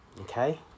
okay